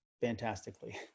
fantastically